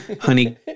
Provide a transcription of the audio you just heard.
Honey